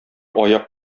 аяк